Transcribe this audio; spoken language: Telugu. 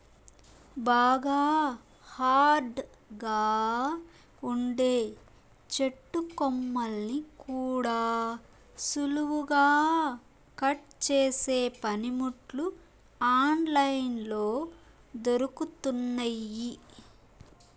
బాగా హార్డ్ గా ఉండే చెట్టు కొమ్మల్ని కూడా సులువుగా కట్ చేసే పనిముట్లు ఆన్ లైన్ లో దొరుకుతున్నయ్యి